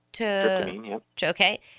Okay